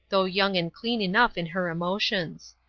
though young and clean enough in her emotions.